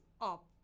up